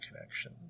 connection